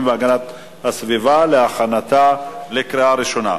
והגנת הסביבה להכנתה לקריאה ראשונה.